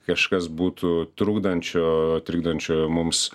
kažkas būtų trukdančio trikdančiojo mums